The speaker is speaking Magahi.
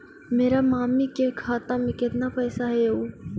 मेरा मामी के खाता में कितना पैसा हेउ?